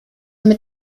mit